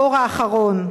ירושלמים,